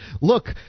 Look